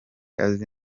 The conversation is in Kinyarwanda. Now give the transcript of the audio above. azi